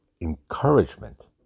encouragement